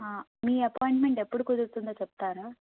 మీ appointment ఎప్పుడు కుదురుతుందో చెప్తారా